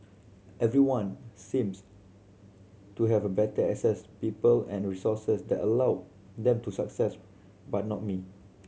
everyone seems to have better access people and resources that allowed them to success but not me